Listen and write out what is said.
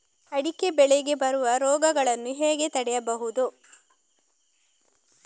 ಅಡಿಕೆ ಬೆಳೆಗೆ ಬರುವ ರೋಗಗಳನ್ನು ಹೇಗೆ ತಡೆಗಟ್ಟಬಹುದು?